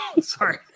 sorry